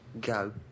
go